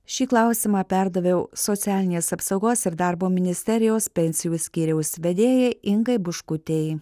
šį klausimą perdaviau socialinės apsaugos ir darbo ministerijos pensijų skyriaus vedėjai ingai buškutei